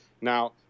Now